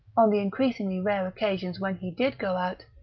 on the increasingly rare occasions when he did go out,